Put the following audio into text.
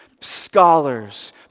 Scholars